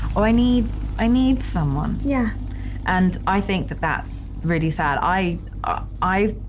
oh, i need i need someone yeah and i think that that's really sad. i ah i.